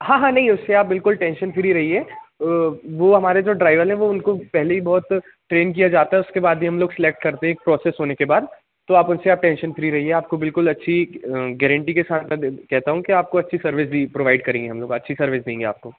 हाँ हाँ नहीं उससे आप बिल्कुल टेंशन फ़्री रहिए वो हमारे जो ड्राइवर ने वो उनको पहले ही बहुत ट्रेन किया जाता है उसके बाद ही हम लोग सेलेक्ट करते हैं एक प्रोसेस होने के बाद तो आप उनसे आप टेंशन फ़्री रहिए आपको बिल्कुल अच्छी गेरेंटी के साथ कहता हूँ कि आपको अच्छी सर्विस दी प्रोवाइड करेंगे हम लोग अच्छी सर्विस देंगे आपको